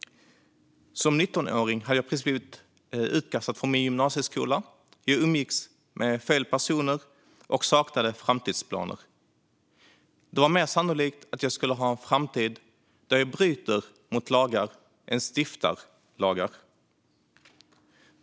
Som 19-åring hade jag precis blivit utkastad från min gymnasieskola. Jag umgicks med fel personer, och jag saknade framtidsplaner. Det var mer sannolikt att jag skulle ha en framtid där jag bryter mot lagar än en där jag stiftar lagar.